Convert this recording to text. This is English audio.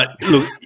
look